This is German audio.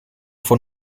von